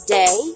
day